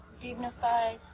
dignified